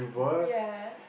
ya